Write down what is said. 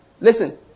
Listen